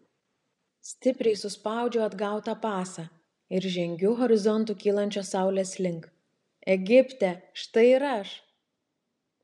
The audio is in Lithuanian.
stipriai suspaudžiu atgautą pasą ir žengiu horizontu kylančios saulės link egipte štai ir aš